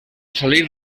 salir